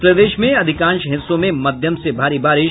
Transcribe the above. और प्रदेश में अधिकांश हिस्सों में मध्यम से भारी बारिश